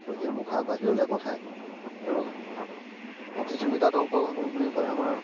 আৰু সেই মুখা বাহিৰলৈ পঠায় আৰু প্ৰতিযোগীতাত অংশগ্ৰহণ বুলি ক'লে আমাৰ